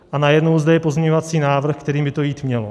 A najednou zde je pozměňovací návrh, kterým by to jít mělo?